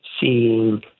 seeing